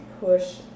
push